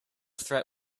threat